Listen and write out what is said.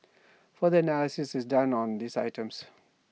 further analysis is done on these items